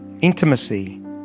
intimacy